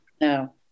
No